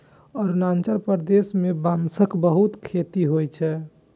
अरुणाचल प्रदेश मे बांसक बहुत खेती होइ छै